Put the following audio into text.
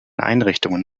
einrichtungen